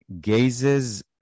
gazes